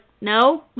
no